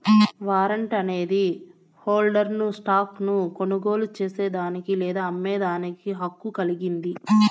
warrant అనేది హోల్డర్ను stock ను కొనుగోలు చేసేదానికి లేదా అమ్మేదానికి హక్కు కలిగింది